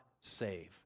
save